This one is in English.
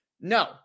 No